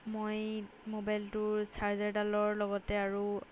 মই মোবাইলটোৰ চাৰ্জাৰডালৰ লগতে আৰু